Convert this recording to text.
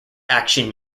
action